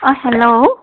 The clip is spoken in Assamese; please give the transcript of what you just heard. অঁ হেল্ল'